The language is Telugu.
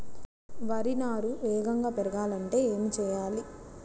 వరి నారు వేగంగా పెరగాలంటే ఏమి చెయ్యాలి?